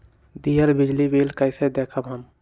दियल बिजली बिल कइसे देखम हम?